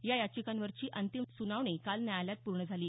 या याचिकांवरची अंतिम सुनावणी काल न्यायालयात पूर्ण झाली